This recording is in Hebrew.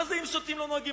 מה זה "אם שותים לא נוהגים"?